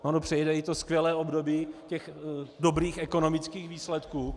Ono přejde i to skvělé období dobrých ekonomických výsledků.